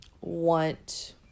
want